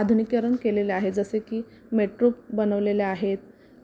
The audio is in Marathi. आधुनिकरण केलेलं आहे जसं की मेट्रो बनवलेले आहेत